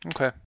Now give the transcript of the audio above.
okay